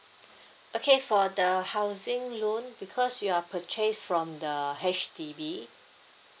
okay for the housing loan because you are purchase from the H_D_B